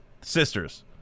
Sisters